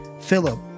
Philip